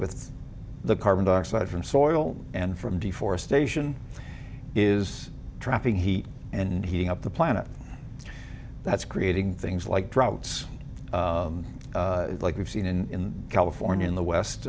with the carbon dioxide from soil and from deforestation is trapping heat and heating up the planet that's creating things like droughts like we've seen in california in the west